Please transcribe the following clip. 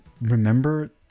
remember